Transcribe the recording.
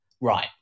Right